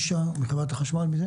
תודה רבה, עמית.